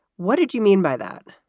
what did you mean by that?